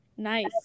Nice